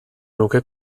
nuke